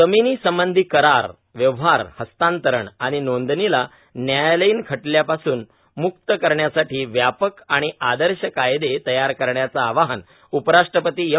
जमिनीसंबंधी करार व्यवहार हस्तांतरण आणि नोंदणीला न्यायालयीन खटल्यांपासून मुक्त करण्यासाठी व्यापक आणि आदर्श कायदे तयार करण्याचं आवाहन उपराष्ट्रपती एम